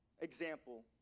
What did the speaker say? example